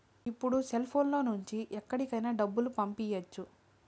ఇప్పుడు సెల్ఫోన్ లో నుంచి ఎక్కడికైనా డబ్బులు పంపియ్యచ్చు